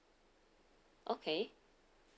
okay